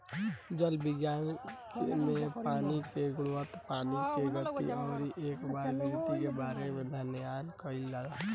जल विज्ञान में पानी के गुणवत्ता पानी के गति अउरी एकर वितरण के बारे में अध्ययन कईल जाला